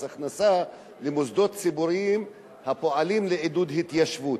הכנסה למוסדות ציבוריים הפועלים לעידוד התיישבות.